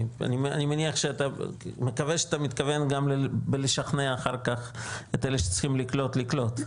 אני מקווה שאתה מתכוון גם לשכנע אחר-כך את אלה שצריכים לקלוט לקלוט.